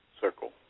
circle